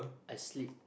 I slip